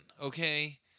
okay